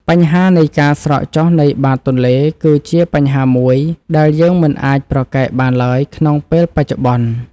បញ្ហានៃការស្រកចុះនៃបាតទន្លេគឺជាបញ្ហាមួយដែលយើងមិនអាចប្រកែកបានឡើយក្នុងពេលបច្ចុប្បន្ន។